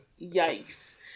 yikes